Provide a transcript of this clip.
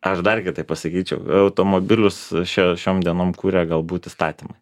aš dar kitaip pasakyčiau automobilius šiom dienom kuria galbūt įstatymai